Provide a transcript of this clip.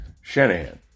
Shanahan